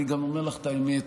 אני גם אומר לך את האמת,